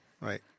Right